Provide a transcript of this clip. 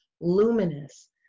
luminous